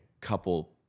couple